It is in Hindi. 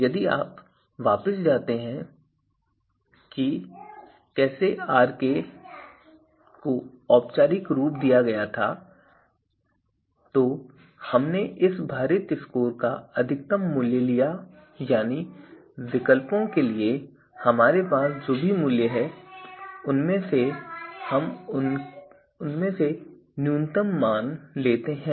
यदि आप वापस जाते हैं कि कैसे आरके को औपचारिक रूप दिया गया था तो हमने इस भारित स्कोर का अधिकतम मूल्य लिया यानी विकल्पों के लिए हमारे पास जो भी मूल्य हैं उनमें से हम उनमें से न्यूनतम लेते हैं